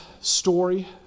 story